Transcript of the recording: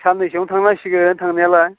सान्नैसोआवनो थांनांसिगोन थांनायालाय